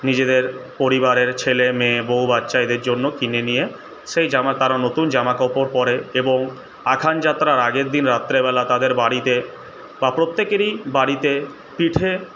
নিজেদের পরিবারের ছেলে মেয়ে বৌ বাচ্চা এদের জন্য কিনে নিয়ে সেই জামা তারা নতুন জামাকাপড় পরে এবং আখানযাত্রার আগের দিন রাত্রেবেলা তাদের বাড়িতে বা প্রত্যেকেরই বাড়িতে পিঠে